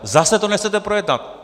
Zase to nechcete projednat!